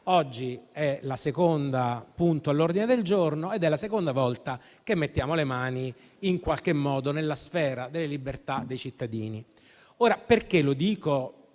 è il secondo punto all'ordine del giorno ed è la seconda volta che mettiamo le mani nella sfera delle libertà dei cittadini.